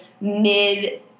mid